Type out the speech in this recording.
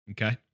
Okay